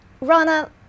Rana